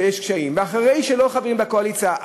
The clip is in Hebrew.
ואחרי שלא חברים בקואליציה,